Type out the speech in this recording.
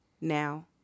now